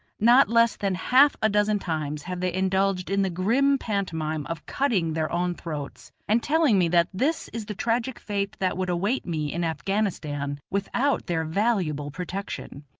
not less than half a dozen times have they indulged in the grim pantomime of cutting their own throats, and telling me that this is the tragic fate that would await me in afghanistan without their valuable protection.